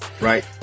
right